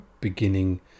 beginning